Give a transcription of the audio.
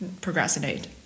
Procrastinate